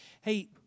Hey